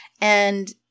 And-